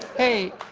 hey,